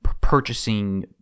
purchasing